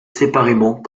séparément